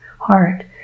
heart